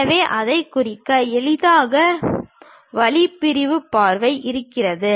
எனவே அதைக் குறிக்க எளிதான வழி பிரிவு பார்வையைக் குறிக்கிறது